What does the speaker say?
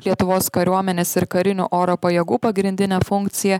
lietuvos kariuomenės ir karinių oro pajėgų pagrindinė funkcija